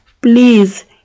please